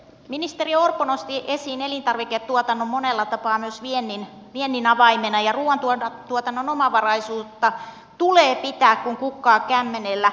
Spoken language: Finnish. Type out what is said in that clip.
ministeri orpo nosti esiin elintarviketuotannon monella tapaa myös viennin avaimena ja ruoantuotannon omavaraisuutta tulee pitää kuin kukkaa kämmenellä